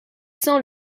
cent